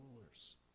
rulers